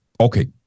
Okay